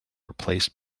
replaced